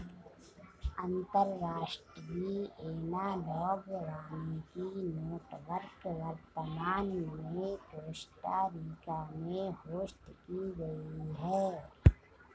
अंतर्राष्ट्रीय एनालॉग वानिकी नेटवर्क वर्तमान में कोस्टा रिका में होस्ट की गयी है